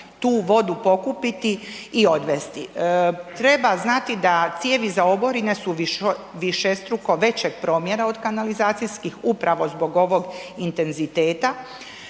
tu vodu pokupiti i odvesti. Treba znati da cijevi za oborine su višestruko većeg promjera od kanalizacijskih, upravo zbog ovog intenziteta